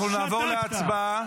אנחנו נעבור להצבעה.